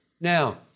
Now